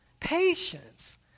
patience